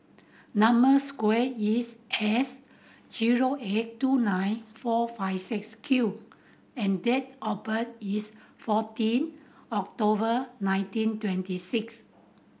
number square is S zero eight two nine four five six Q and date of birth is fourteen October nineteen twenty six